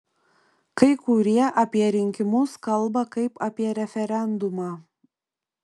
kai kurie apie rinkimus kalba kaip apie referendumą